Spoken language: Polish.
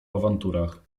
awanturach